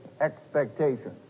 expectation